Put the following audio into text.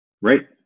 Right